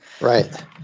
right